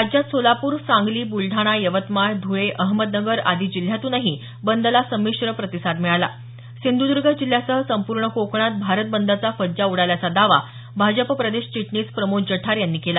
राज्यात सोलापूर सांगली बुलडाणा यवतमाळ धुळे अहमदनगर आदी जिल्ह्यातूनही बंदला संमिश्र प्रतिसाद मिळाला सिंधुदुर्ग जिल्ह्यासह संपूर्ण कोकणात भारत बंदचा फज्जा उडाल्याचा दावा भाजपा प्रदेश चिटणीस प्रमोद जठार यांनी केला